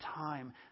time